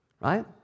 right